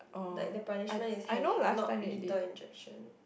like the punishment is hanging not lethal injection